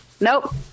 nope